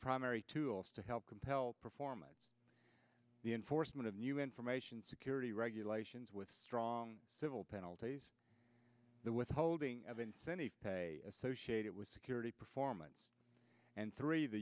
primary tools to help compel performance the enforcement of new information security regulations with strong civil penalties the withholding of incentive associated with security performance and three the